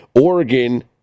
Oregon